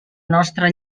nostra